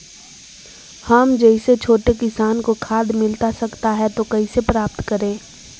हम जैसे छोटे किसान को खाद मिलता सकता है तो कैसे प्राप्त करें?